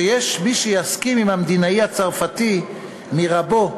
שיש מי שיסכים עם המדינאי הצרפתי מירבו,